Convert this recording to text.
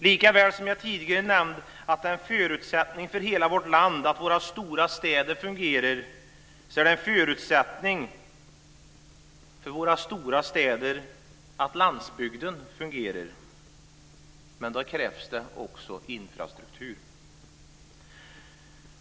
Lika väl som det jag tidigare nämnde, att det är en förutsättning för hela vårt land att våra stora städer fungerar, är det en förutsättning för våra stora städer att landsbygden fungerar. Men då krävs det också infrastruktur.